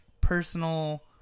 personal